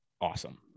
awesome